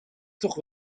toch